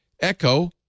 Echo